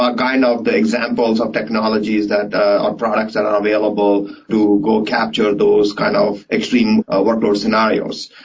ah kind of the examples of technologies that our products and are available to go capture those kind of extreme workload scenarios,